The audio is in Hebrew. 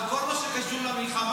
אבל כל מה שקשור למלחמה,